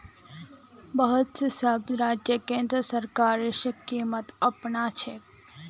बहुत सब राज्य केंद्र सरकारेर स्कीमक अपनाछेक